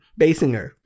Basinger